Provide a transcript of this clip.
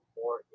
more